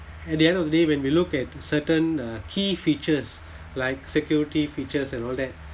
at the end of the day when we look at certain uh key features like security features and all that